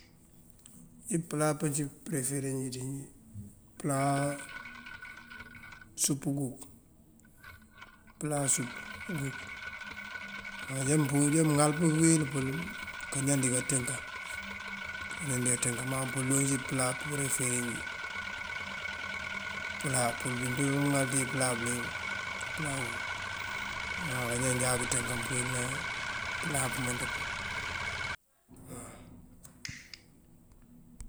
Ipëla pancí përëfere njí cí pëla súup uguk, pëla súup uguk. Má mënjá mëŋal pëwel pël kañan dikaţëenk, kañan dikaţëenk má pul cíwun pëla përëfere njí. Pëla pun wí mëpee wun kaŋal ţí ipëla bëliyëng, pëla wun má bañaan jáaţ wuţënk kayël pëla pëmënţ pun waw.